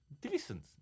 decent